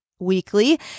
weekly